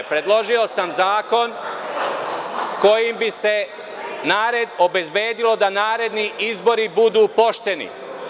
Predložio sam zakon kojim bi se obezbedilo da naredni izbori budu pošteni.